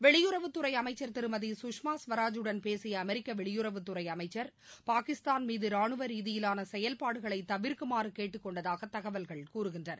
வெளியுறவுத்துறை அமைச்சர் திருமதி குஷ்மா ஸ்வராஜுடன் பேசிய அமெரிக்க வெளியுறவுத்துறை அமைச்சர் பாகிஸ்தான் மீது ராணுவ ரீதியிலான செயல்பாடுகளை தவிர்க்குமாறு கேட்டுக் கொண்டதாக தகவல்கள் கூறுகின்றன